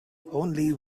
only